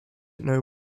know